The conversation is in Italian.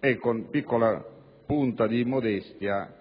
e sottolineando, con una